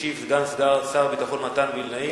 ישיב סגן שר הביטחון מתן וילנאי.